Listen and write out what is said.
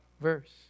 verse